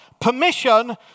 permission